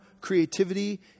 creativity